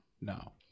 No